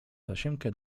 tasiemkę